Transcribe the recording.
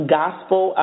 gospel